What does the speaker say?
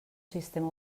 sistema